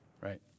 right